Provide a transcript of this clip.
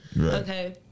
Okay